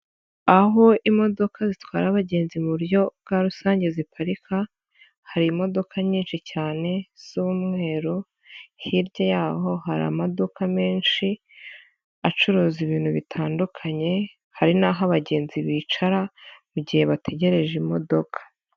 Aho imodoka zitwara abagenzi mu buryo bwa rusange ziparika, hari imodoka nyinshi cyane z'umweru hirya yaho hari amaduka menshi acuruza ibintu bitandukanye, hari n'aho abagenzi bicara mu gihe bategereje imodoka.